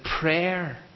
prayer